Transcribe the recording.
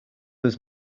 was